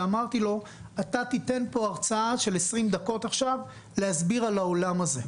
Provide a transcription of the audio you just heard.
ואמרתי לו: אתה תיתן פה הרצאה של 20 דקות עכשיו להסביר על העולם הזה.